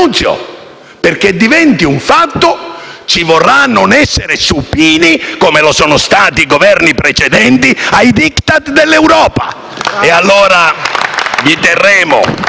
Perché diventi un fatto si dovrà non essere supini, come lo sono stati i Governi precedenti, ai *Diktat* dell'Europa. *(Applausi dai